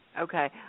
okay